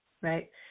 right